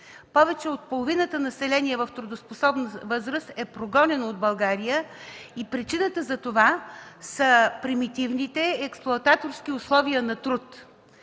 Повече от половината население в трудоспособна възраст е прогонено от България и причината за това са примитивните експлоататорски условия на труд.